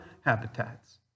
habitats